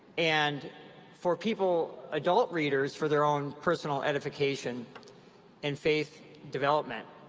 and for people, adult readers, for their own personal edification and faith development.